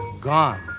Gone